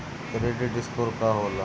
Credit score का होला?